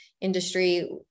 industry